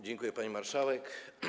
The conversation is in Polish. Dziękuję, pani marszałek.